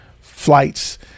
flights